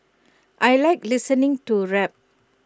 I Like listening to rap